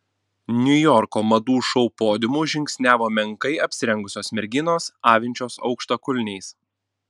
niujorko madų šou podiumu žingsniavo menkai apsirengusios merginos avinčios aukštakulniais